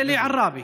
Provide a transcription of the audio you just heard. זה לעראבה.